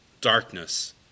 Darkness